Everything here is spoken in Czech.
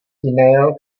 email